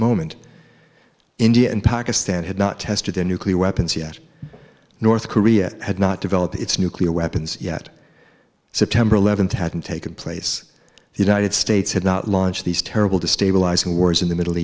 moment india and pakistan had not tested their nuclear weapons yet north korea had not developed its nuclear weapons yet september eleventh hadn't taken place the united states had not launched these terrible destabilizing wars in the middle